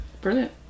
Brilliant